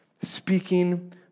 speaking